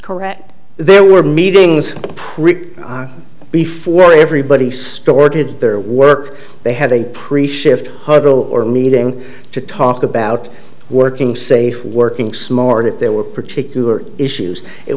correct there were meetings before everybody started their work they had a priest shift huddle or a meeting to talk about working safe working smart that there were particular issues it